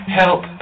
help